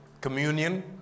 communion